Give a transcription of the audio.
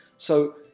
so,